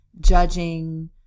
judging